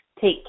Take